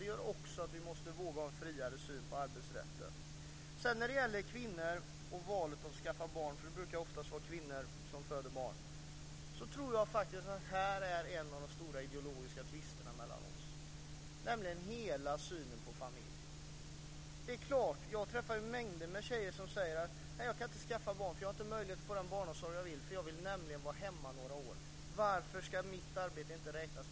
Det gör också att vi måste våga ha en friare syn på arbetsrätten. När det sedan gäller kvinnor och valet att skaffa barn - för det brukar oftast vara kvinnor som föder barn - tror jag faktiskt att vi här har en av de stora ideologiska tvisterna mellan oss, nämligen hela synen på familjen. Jag träffar mängder med tjejer som säger: Jag kan inte skaffa barn för jag har inte möjlighet att få den barnomsorg jag vill ha. Jag vill nämligen vara hemma några år. Varför ska mitt arbete inte räknas?